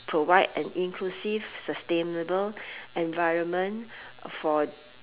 provide an inclusive sustainable environment for